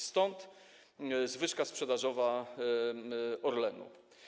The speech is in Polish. Stąd ta zwyżka sprzedażowa Orlenu.